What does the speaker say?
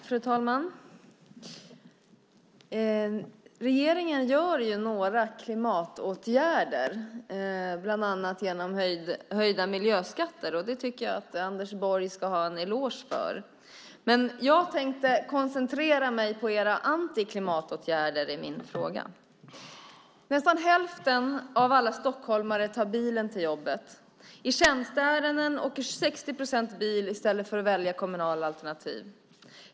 Fru talman! Regeringen vidtar några klimatåtgärder. Bland annat handlar det om höjda miljöskatter. Jag tycker att Anders Borg ska ha en eloge för det. I min fråga tänker jag dock koncentrera mig på era antiklimatåtgärder. Nästan hälften av alla stockholmare tar bilen till jobbet. När det gäller tjänsteärenden åker 60 procent bil i stället för att välja kommunala alternativ.